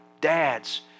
dads